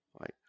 right